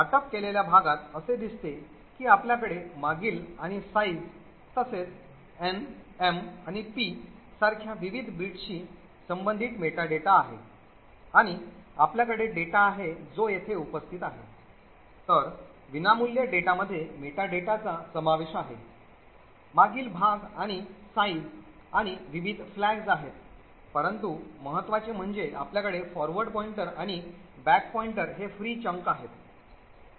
वाटप केलेल्या भागात असे दिसते की आपल्याकडे मागील आणि size तसेच n m आणि p सारख्या विविध बिटशी संबंधित मेटाडेटा आहे आणि आपल्याकडे डेटा आहे जो येथे उपस्थित आहे तर विनामूल्य डेटामध्ये मेटाडेटाचा समावेश आहे मागील भाग आणि size आणि विविध flags आहेत परंतु महत्त्वाचे म्हणजे आपल्याकडे forward pointer आणि back pointer हे free chunk मध्ये आहेत